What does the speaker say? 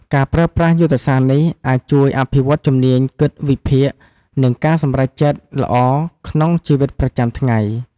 ការប្រើប្រាស់យុទ្ធសាស្ត្រនេះអាចជួយអភិវឌ្ឍជំនាញគិតវិភាគ និងការសម្រេចចិត្តល្អក្នុងជីវិតប្រចាំថ្ងៃ។